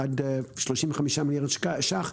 עד 35 מיליארד ש"ח,